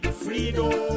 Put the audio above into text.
freedom